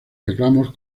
reclamos